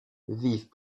vivent